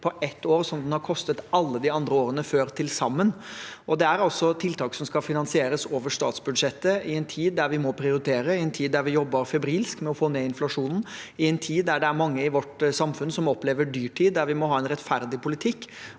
på ett år som den har kostet alle de andre årene før til sammen, og det er altså tiltak som skal finansieres over statsbudsjettet i en tid da vi må prioritere, i en tid da vi jobber febrilsk med å få ned inflasjonen, i en tid da det er mange i vårt samfunn som opplever dyrtid. Da vi må ha en rettferdig politikk.